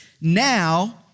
Now